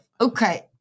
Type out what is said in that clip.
Okay